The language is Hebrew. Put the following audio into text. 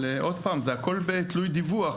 אבל עוד פעם, הכול תלוי דיווח.